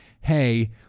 hey